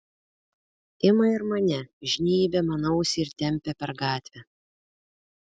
ima ir mane žnybia man ausį ir tempia per gatvę